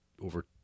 over